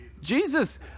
Jesus